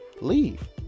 Leave